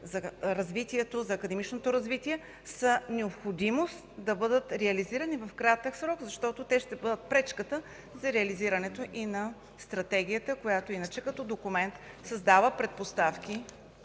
на академичния състав, трябва да бъдат реализирани в кратък срок, защото те ще бъдат пречката за реализирането и на Стратегията, която като документ създава предпоставки